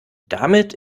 damit